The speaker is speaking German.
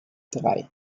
drei